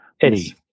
Eddie